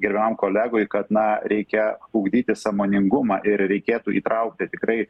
gerbiamam kolegui kad na reikia ugdyti sąmoningumą ir reikėtų įtraukti tikrai